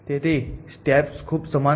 તેથી સ્ટેપ્સ ખૂબ સમાન છે